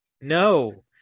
No